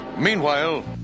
Meanwhile